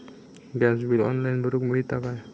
Gas bill online भरुक मिळता काय?